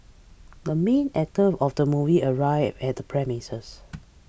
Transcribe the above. the main actor of the movie arrived at the premises